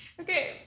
Okay